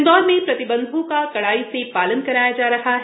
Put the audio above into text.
इंदौर में प्रतिबंधों का कड़ाई से पालन कराया जा रहा है